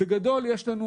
בגדול, יש לנו